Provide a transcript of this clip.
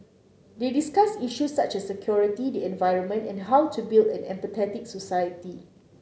they discussed issues such as security the environment and how to build an empathetic society